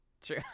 True